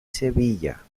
sevilla